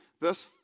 verse